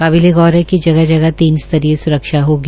काबिले गौर है जगह जगह तीन स्तरीय स्रक्षा होगी